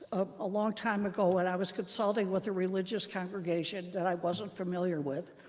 ah a long time ago when i was consulting with a religious congregation that i wasn't familiar with,